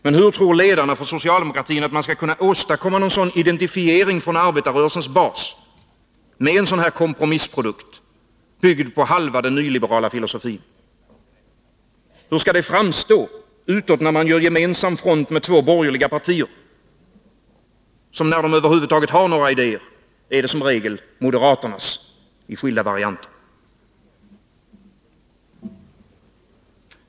Men hur tror ledarna för socialdemokratin att man skall kunna åstadkomma någon sådan identifiering från arbetarrörelsens bas med en sådan här kompromissprodukt, byggd på halva den nyliberala filosofin? Hur skall det framstå utåt, när man gör gemensam front med två borgerliga partier, som när de över huvud taget har några idéer som regel har fått dem av moderaterna?